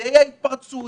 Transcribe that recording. למוקדי ההתפרצות